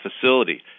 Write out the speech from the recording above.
facility